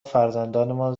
فرزندانمان